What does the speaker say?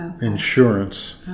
insurance